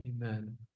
Amen